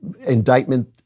indictment